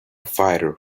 fighter